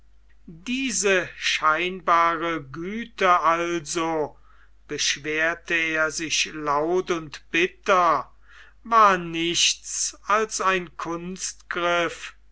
diese scheinbare güte also beschwerte er sich laut und bitter war nichts als ein